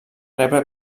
rebre